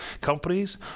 companies